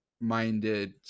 minded